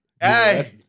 hey